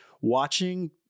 watching